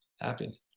happy